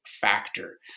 factor